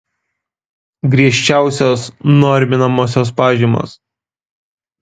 griežčiausios norminamosios pažymos